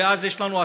ואז יש לנו הצפות,